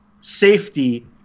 safety